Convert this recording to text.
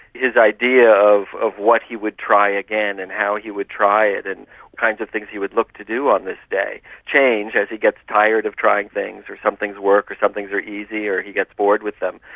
his idea of of what he would try again and how he would try it and the kinds of things he would look to do on this day change as he gets tired of trying things or some things work or some things are easy or he gets bored with them,